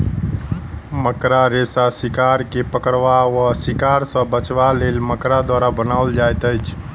मकड़ा रेशा शिकार के पकड़बा वा शिकार सॅ बचबाक लेल मकड़ा द्वारा बनाओल जाइत अछि